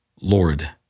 Lord